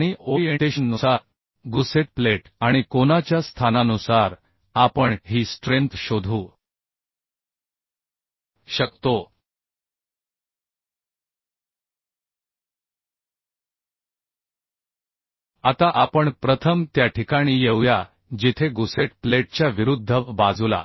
आणि ओरिएंटेशन नुसारगुसेट प्लेट आणि कोनाच्या स्थानानुसार आपण ही स्ट्रेंथ शोधू शकतो आता आपण प्रथम त्या ठिकाणी येऊया जिथे गुसेट प्लेटच्या विरुद्ध बाजूला